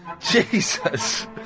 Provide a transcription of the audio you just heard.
Jesus